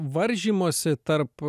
varžymosi tarp